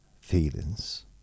feelings